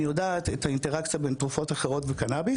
אני יודעת את האינטראקציה בין תרופות אחרות וקנביס